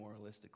moralistically